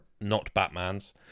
not-Batmans